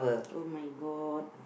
oh-my-god